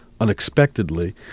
unexpectedly